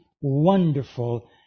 wonderful